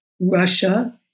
Russia